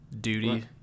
duty